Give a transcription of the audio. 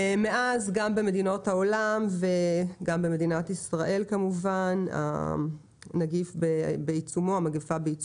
מאז גם במדינות העולם וגם במדינת ישראל כמובן המגפה בעיצומה.